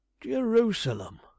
jerusalem